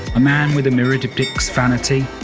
a man with a mirror depicts vanity,